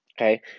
okay